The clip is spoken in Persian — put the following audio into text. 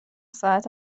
ساعت